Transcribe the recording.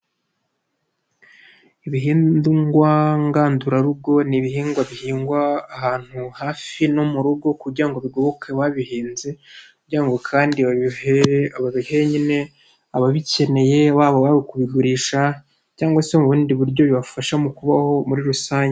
Ibihingwa ngandura rugo n'ibihingwa bihingwa ahantu hafi no mu rugo kugira ngo bigoboke ababihinze, kugira ngo kandi babihe bahihe nyine ababikeneye waba uw'aba kubigurisha cyangwa se mu bundi buryo bibafasha mu kubaho muri rusange.